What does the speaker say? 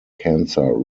cancer